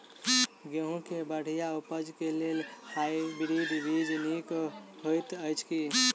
गेंहूँ केँ बढ़िया उपज केँ लेल हाइब्रिड बीज नीक हएत अछि की?